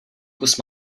kus